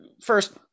First